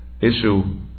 issue